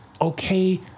okay